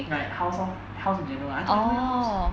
like house lor house together I thought I told you house